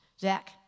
Zach